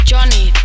Johnny